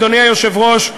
אדוני היושב-ראש,